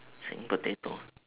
same potato